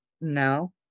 No